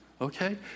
Okay